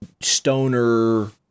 stoner